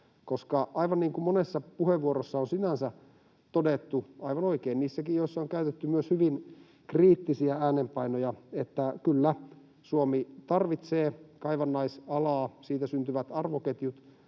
koska aivan niin kuin monessa puheenvuorossa on todettu sinänsä aivan oikein, niissäkin, joissa on käytetty myös hyvin kriittisiä äänenpainoja: kyllä, Suomi tarvitsee kaivannaisalaa, siitä syntyvät arvoketjut